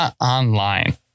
online